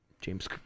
James